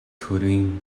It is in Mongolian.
төрийн